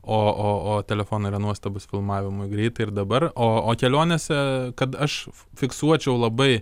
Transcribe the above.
o o o telefonai yra nuostabūs filmavimui greitai ir dabar o o kelionėse kad aš fiksuočiau labai